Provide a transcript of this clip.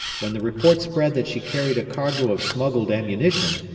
when the report spread that she carried a cargo of smuggled ammunition,